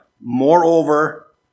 Moreover